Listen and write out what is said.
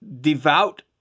devout